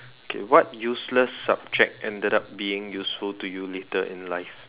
okay what useless subject ended up being useful to you later in life